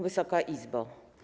Wysoka Izbo!